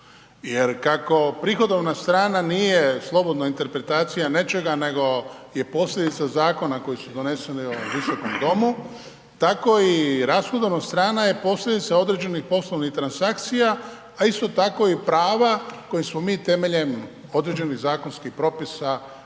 Jer kako prihodovna strana nije slobodna interpretacija nečega nego je posljedica zakona koji su doneseni u ovom Visokom domu, tako i rashodovna strana je posljedica određenih poslovnih transakcija a isto tako i prava kojim smo mi temeljem određenih zakonskih propisa donijeli